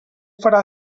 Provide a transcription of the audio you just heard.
farà